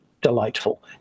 delightful